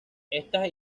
estas